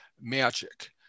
magic